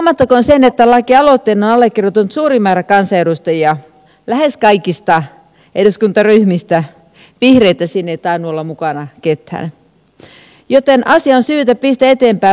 huomattakoon se että lakialoitteen on allekirjoittanut suuri määrä kansanedustajia lähes kaikista eduskuntaryhmistä vihreitä siinä ei tainnut olla mukana ketään joten asia on syytä pistää eteenpäin mahdollisimman nopeasti